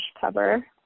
cover